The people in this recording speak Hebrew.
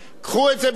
הביאו את זה בחשבון,